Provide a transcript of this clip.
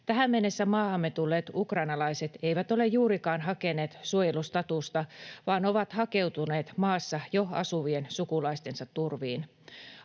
Tähän mennessä maahamme tulleet ukrainalaiset eivät ole juurikaan hakeneet suojelustatusta vaan ovat hakeutuneet maassa jo asuvien sukulaistensa turviin.